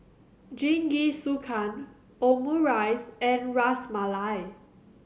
Jingisukan Omurice and Ras Malai